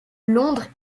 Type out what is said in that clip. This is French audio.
londres